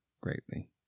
greatly